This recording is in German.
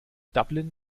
dublin